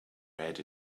red